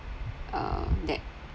um that